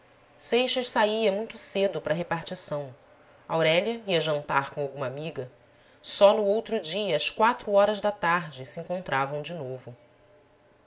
seixas saía muito cedo para a repartição aurélia ia jantar com alguma amiga só no outro dia às horas da tarde se encontravam de novo